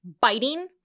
biting